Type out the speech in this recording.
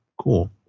Cool